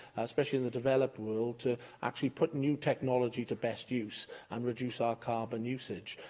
especially in the developed world, to actually put new technology to best use and reduce our carbon usage,